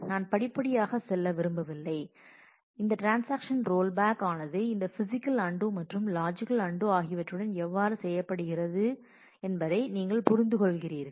நான் படிப்படியாக செல்ல விரும்பவில்லை இந்த ட்ரான்ஸாக்ஷன் ரோல் பேக் ஆனது இந்த பிஸிக்கல் அன்டூ மற்றும் லாஜிக்கல் அன்டூ ஆகியவற்றுடன் எவ்வாறு செய்யப்படுகிறது ஏற்படுகிறது என்பதை நீங்கள் புரிந்துகொள்கிறீர்கள்